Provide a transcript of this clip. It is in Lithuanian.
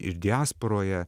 ir diasporoje